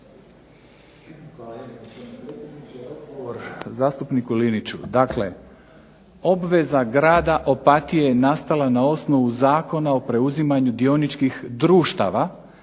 zastupniku Liniću. Dakle, obveza grada Opatije nastala je na osnovu Zakona o preuzimanju dioničkih društava,